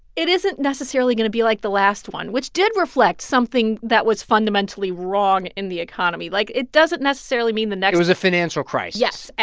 it isn't necessarily going to be like the last one, which did reflect something that was fundamentally wrong in the economy. like, it doesn't necessarily mean the next. it was a financial crisis yes.